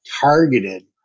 targeted